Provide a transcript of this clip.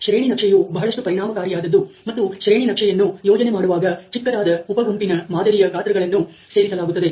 ಶ್ರೇಣಿ ನಕ್ಷೆಯು ಬಹಳಷ್ಟು ಪರಿಣಾಮಕಾರಿಯಾದದ್ದು ಮತ್ತು ಶ್ರೇಣಿ ನಕ್ಷೆಯನ್ನು ಯೋಜನೆ ಮಾಡುವಾಗ ಚಿಕ್ಕದಾದ ಉಪ ಗುಂಪಿನ ಮಾದರಿಯ ಗಾತ್ರಗಳನ್ನು ಸೇರಿಸಲಾಗುತ್ತದೆ